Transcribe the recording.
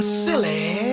silly